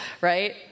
right